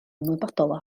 ymwybodol